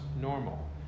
normal